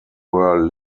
were